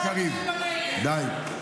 חבר הכנסת גלעד קריב, די, די.